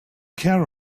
care